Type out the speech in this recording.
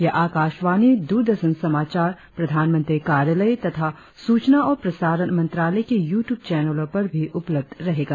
यह आकाशवाणी दूरदर्शन समाचार प्रधानमंत्री कार्यालय तथा सूचना और प्रसारण मंत्रालय के यू ट्यूब चैनलों पर भी उपलब्ध रहेगा